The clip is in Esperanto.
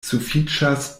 sufiĉas